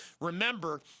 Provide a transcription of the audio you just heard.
Remember